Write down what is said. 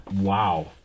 Wow